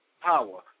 power